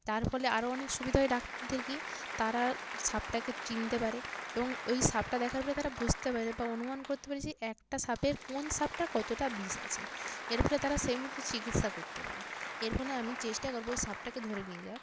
তার ফলে আরও অনেক সুবিধা হয় ডাক্তারদের কী তারা সাপটাকে চিনতে পারে এবং ওই সাপটা দেখার পরে তারা বুঝতে পারে বা অনুমান করতে পারে যে একটা সাপের কোন সাপটার কতটা বিষ আছে এর ফলে তারা সেই মতো চিকিৎসা করতে পারে এর ফলে আমি চেষ্টা করবো ওই সাপটাকে ধরে নিয়ে যাওয়ার